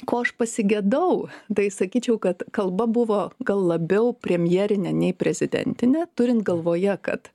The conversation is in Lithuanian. ko aš pasigedau tai sakyčiau kad kalba buvo gal labiau premjerinė nei prezidentinė turint galvoje kad